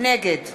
נגד